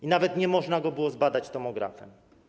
I nawet nie można go było zbadać tomografem.